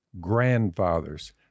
Grandfathers